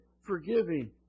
forgiving